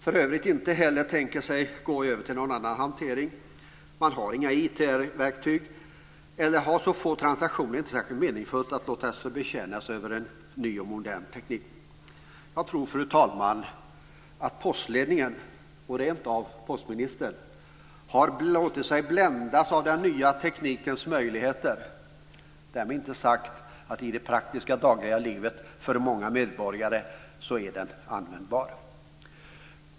De kan inte tänka sig att gå över till en annan hantering. Man har inga IT-verktyg eller också har man så få transaktioner att det inte är särskilt meningsfullt att låta sig betjänas av en ny och modern teknik. Fru talman! Jag tror att postledningen - och rentav också postministern - har låtit sig bländas av den nya teknikens möjligheter. Därmed inte sagt att den inte för många medborgare är användbar i det praktiska dagliga livet.